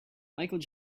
michael